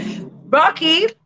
Rocky